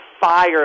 fire